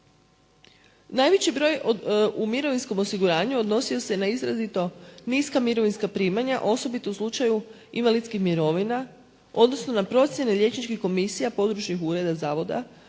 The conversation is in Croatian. Najveći broj u mirovinskom osiguranju odnosio se na izrazito niska mirovinska primanja, osobito u slučaju invalidskih mirovina, odnosno na procjene liječničkih komisija područnih ureda zavoda